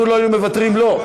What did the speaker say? אנחנו לא היינו מוותרים לו.